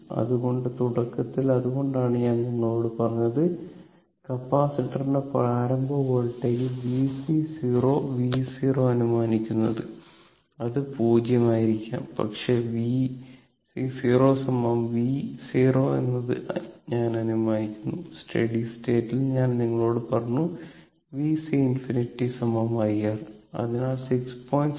അതുകൊണ്ട് തുടക്കത്തിൽ അതുകൊണ്ടാണ് ഞാൻ നിങ്ങളോട് പറഞ്ഞത് തുടക്കത്തിൽ കപ്പാസിറ്ററിന്റെ പ്രാരംഭ വോൾട്ടേജ് V c V0 അനുമാനിക്കുന്നത് അത് 0 ആയിരിക്കാം പക്ഷേ V c V0 എന്ന് ഞാൻ അനുമാനിക്കുന്നു സ്റ്റഡി സ്റ്റേറ്റിൽ ഞാൻ നിങ്ങളോട് പറഞ്ഞു Vc ∞ I R അതിനാൽ 6